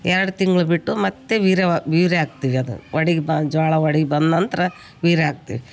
ಎರಡು ತಿಂಗ್ಳು ಬಿಟ್ಟು ಮತ್ತು ವೀರ್ಯವಾ ವೀರ್ಯ ಹಾಕ್ತಿವಿ ಅದನ್ನು ಹೊಡಿ ಬಾ ಜೋಳ ಹೊಡಿ ಬಂದ ನಂತರ ವೀರ್ಯ ಹಾಕ್ತಿವಿ